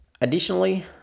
Additionally